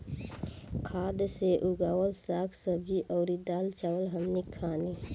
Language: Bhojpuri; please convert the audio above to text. खाद से उगावल साग सब्जी अउर दाल चावल हमनी के खानी